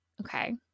okay